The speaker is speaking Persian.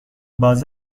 باز